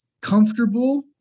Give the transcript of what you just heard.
comfortable